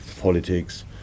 politics